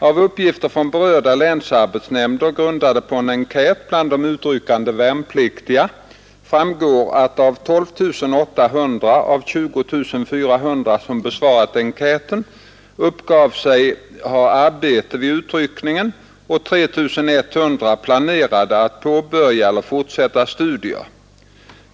Av uppgifter från berörda länsarbetsnämnder grundade på en enkät bland de utryckande värnpliktiga framgår att 12 800 av de 20 400 som besvarat enkäten uppgav sig ha arbete vid utryckningen och 3 100 planerade att påbörja eller fortsätta studier.